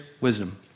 wisdom